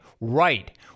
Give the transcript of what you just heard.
Right